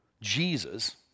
Jesus